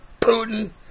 Putin